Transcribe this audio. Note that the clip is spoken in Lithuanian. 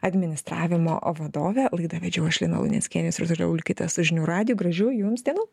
administravimo vadovę laida vedžiau aš lina luneckienė ir toliau likite su žinių radiju gražių jums dienų